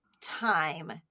time